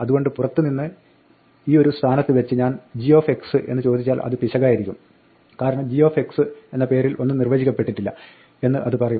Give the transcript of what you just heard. അതുകൊണ്ട് പുറത്ത് നിന്ന് ഈ ഒരു സ്ഥാനത്ത് വെച്ച് ഞാൻ g എന്ന് ചോദിച്ചാൽ ഇത് ഒരു പിശകായിരിക്കും കാരണം g എന്ന പേരിൽ ഒന്നും നിർവ്വചിക്കപ്പെട്ടിട്ടില്ല എന്ന് അത് പറയും